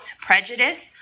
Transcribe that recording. prejudice